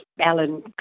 Alan